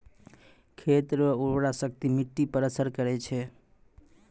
खेत रो उर्वराशक्ति मिट्टी पर असर करै छै